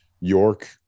York